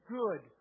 good